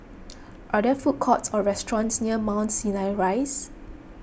are there food courts or restaurants near Mount Sinai Rise